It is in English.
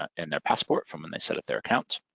and their passport from when they set up their account.